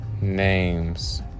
names